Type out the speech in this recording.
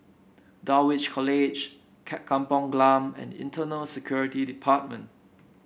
Dulwich College Kampung Glam and Internal Security Department